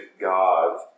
God